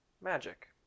magic